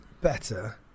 better